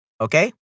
okay